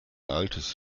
altes